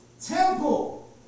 temple